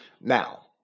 Now